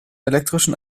elektrischen